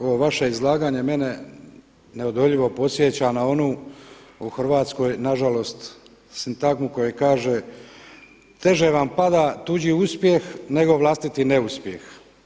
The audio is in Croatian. Ovo vaše izlaganje mene neodoljivo podsjeća na onu u Hrvatskoj nažalost sintagmu koja kaže, teže vam pada tuđi uspjeh nego vlastiti neuspjeh.